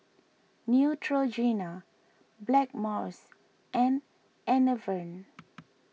Neutrogena Blackmores and Enervon